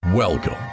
Welcome